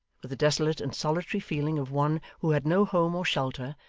with the desolate and solitary feeling of one who had no home or shelter,